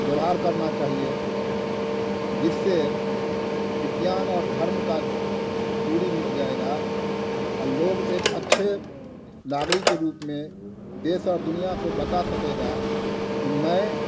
व्यवहार करना चाहिए जिससे विज्ञान और धर्म का दूरी मिट जाएगा और लोग एक अच्छे नागरिक के रूप में देश और दुनिया को बता सकेगा कि मैं